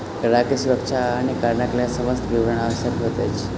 ग्राहक के सुरक्षा आ अन्य कारणक लेल समस्त विवरण आवश्यक होइत अछि